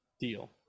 deal